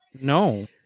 No